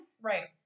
Right